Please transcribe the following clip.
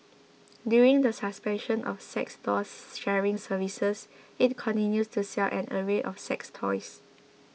despite the suspension of sex doll sharing services it continues to sell an array of sex toys